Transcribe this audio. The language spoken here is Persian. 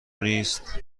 نیست